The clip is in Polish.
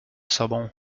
sobą